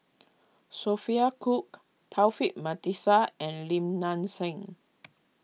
Sophia Cooke Taufik Batisah and Lim Nang Seng